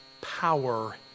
power